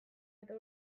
eta